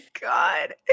god